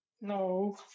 No